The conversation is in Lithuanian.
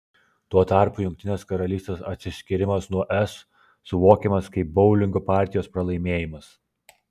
tuo tarpu jungtinės karalystės atsiskyrimas nuo es suvokiamas kaip boulingo partijos pralaimėjimas